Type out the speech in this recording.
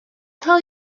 tell